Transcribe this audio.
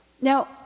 Now